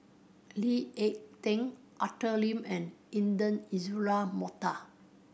Lee Ek Tieng Arthur Lim and Intan Azura Mokhtar